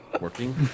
Working